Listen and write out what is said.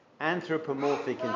anthropomorphic